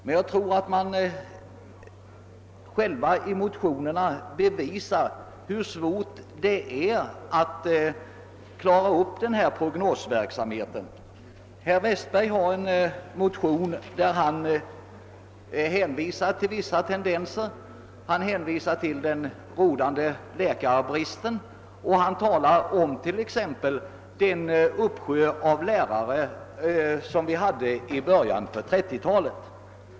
Motionärerna visar själva hur svår prognosverksamheten = egentligen är. Herr Westberg i Ljusdal har väckt en motion där han hänvisar till den rådande lärarbristen och pekar på att vi hade en uppsjö av lärare i början av 1930 talet.